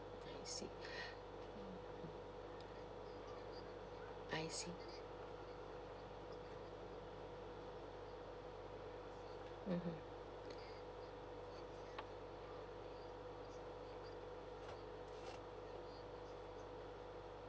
I see mmhmm